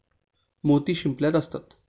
मोती शिंपल्यात असतात